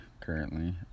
currently